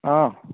ହଁ